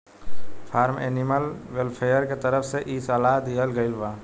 form animal welfare के तरफ से इ सलाह दीहल गईल बा